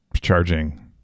charging